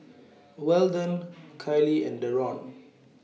Weldon Kiley and Deron